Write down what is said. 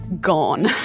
gone